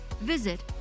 visit